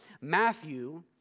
Matthew